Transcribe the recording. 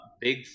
big